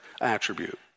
attribute